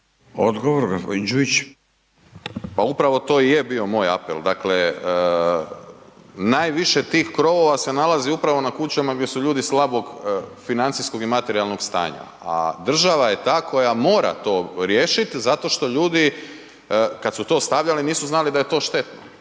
**Đujić, Saša (SDP)** Pa upravo to i je bio moj apel, dakle najviše tih krovova se nalazi upravo na kućama gdje su ljudi slabog financijskog i materijalnog stanja a država je ta koja mora to riješiti zato što ljudi kad su to stavljali nisu znali da je to štetno.